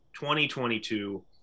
2022